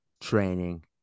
training